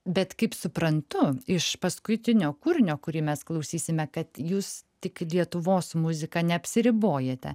bet kaip suprantu iš paskutinio kūrinio kurį mes klausysime kad jūs tik lietuvos muzika neapsiribojate